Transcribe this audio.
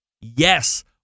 Yes